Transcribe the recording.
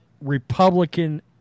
Republican